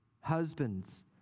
Husbands